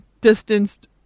distanced